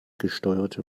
gesteuerte